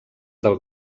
del